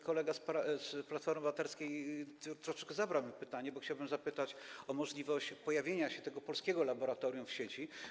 Kolega z Platformy Obywatelskiej troszkę zabrał mi pytanie, bo chciałbym zapytać o możliwość pojawienia się tego polskiego laboratorium w sieci.